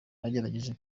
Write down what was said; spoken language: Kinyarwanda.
bagerageje